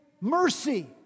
mercy